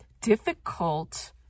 difficult